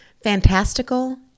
fantastical